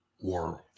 world